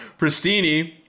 Pristini